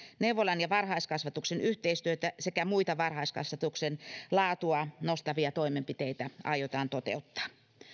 neuvolan ja varhaiskasvatuksen yhteistyötä sekä muita varhaiskasvatuksen laatua nostavia toimenpiteitä aiotaan toteuttaa